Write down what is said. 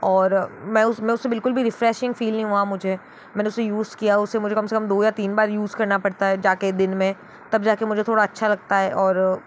और मैं उसमें उससे बिल्कुल भी रिफ़्रेशिंग फ़ील नहीं हुआ मुझे मैंने उसे यूज़ किया उसे मुझे कम से कम दो या तीन बार यूज़ करना पड़ता है जाके दिन में तब जाके मुझे थोड़ा अच्छा लगता है और